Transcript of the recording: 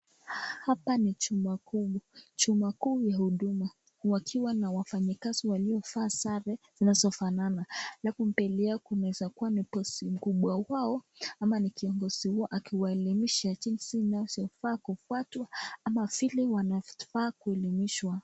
hapa ni chumba kuu chumba kuu ya uduma wakiwa na wafanyikazi waliovaa zare zinazo fanana alafu mbele yao kunaweza kuwa ni boss mkubwa wao ama nikiongozi wao akiwaelimisha jinsi inavyofa kufuatwa ama vile wanafa kuelimishwa.